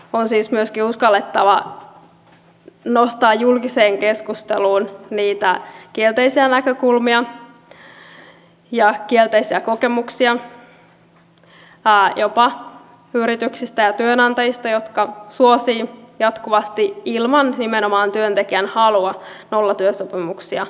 on siis myöskin uskallettava nostaa julkiseen keskusteluun niitä kielteisiä näkökulmia ja kielteisiä kokemuksia jopa yrityksistä ja työnantajista jotka suosivat jatkuvasti ilman nimenomaan työntekijän halua nollatyösopimuksia